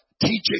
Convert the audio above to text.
teaching